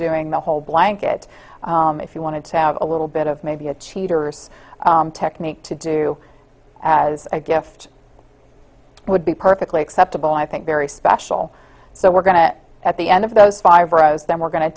doing the whole blanket if you wanted to have a little bit of maybe a cheater's technique to do as a gift would be perfectly acceptable i think very special so we're going to at the end of those five rows then we're going to